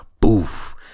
boof